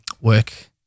work